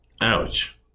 Ouch